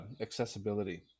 accessibility